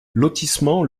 lotissement